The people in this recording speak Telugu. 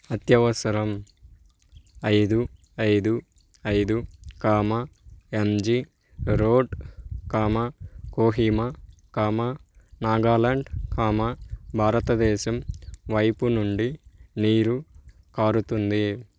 అత్యవసరం ఐదు ఐదు ఐదు comma MG road comma Kohima comma Nagaland comma భారతదేశం పైపు నుండి నీరు కారుతుంది